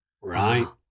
Right